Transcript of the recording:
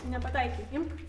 nepataikei imk